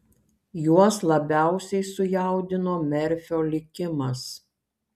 juos labiausiai sujaudino merfio likimas